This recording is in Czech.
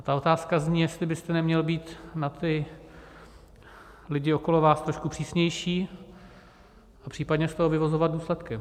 A ta otázka zní, jestli byste neměl být na ty lidi okolo vás trošku přísnější a případně z toho vyvozovat důsledky.